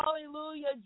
Hallelujah